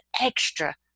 extra